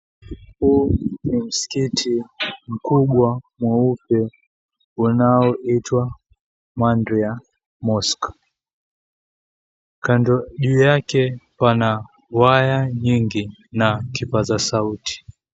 Huu ni msikiti mkubwa mweupe unaoitwa Mandhry Mosque. Juu yake pana waya nyingi na kipaza sauti.